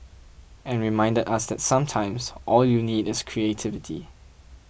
and reminded us that sometimes all you need is creativity